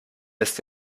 lässt